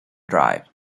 drive